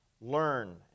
learn